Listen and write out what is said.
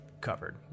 covered